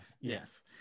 yes